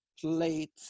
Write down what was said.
plate